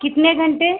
कितने घंटे